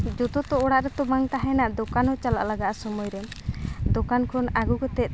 ᱡᱚᱛᱚ ᱛᱚ ᱚᱲᱟᱜ ᱨᱮᱛᱚ ᱵᱟᱝ ᱛᱟᱦᱮᱱᱟ ᱫᱚᱠᱟᱱ ᱦᱚᱸ ᱪᱟᱞᱟᱜ ᱞᱟᱜᱟᱼᱟ ᱥᱩᱢᱟᱹᱭ ᱨᱮ ᱫᱚᱠᱟᱱ ᱠᱷᱚᱱ ᱟᱹᱜᱩ ᱠᱟᱛᱮᱫ